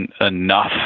enough